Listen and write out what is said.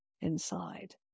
inside